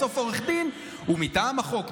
בסוף עורך דין הוא מטעם החוק,